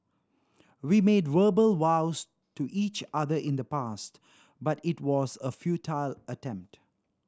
we made verbal vows to each other in the past but it was a futile attempt